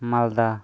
ᱢᱟᱞᱫᱟ